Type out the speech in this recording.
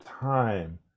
time